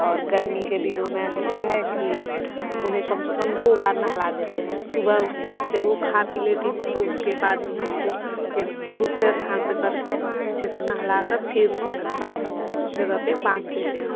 और गर्मी के दिनो में होता है कि उन्हें कम से कम दो बार नहला देते हैं सुबह जब वे खा पी लेती हों तो उसके बाद उन लोग को एक दूसरे स्थान पर करकर अच्छे से नहलाकर फिर साफ़ जगह पर बांध देते हैं